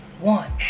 one